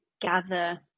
gather